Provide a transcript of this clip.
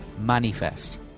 manifest